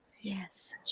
Yes